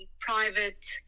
private